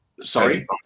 Sorry